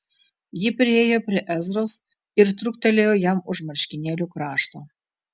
ji priėjo prie ezros ir truktelėjo jam už marškinėlių krašto